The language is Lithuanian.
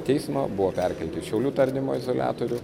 teismo buvo perkelti į šiaulių tardymo izoliatorių